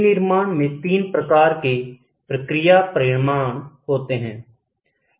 विनिर्माण में तीन प्रकार के प्रक्रिया परिमाण होते है